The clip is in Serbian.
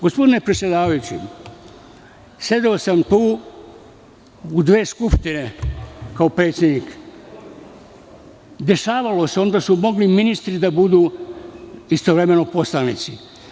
Gospodine predsedavajući, sedeo sam tu u dve Skupštine kao predsednik, dešavalo se, onda su mogli ministri da budu istovremeno i poslanici.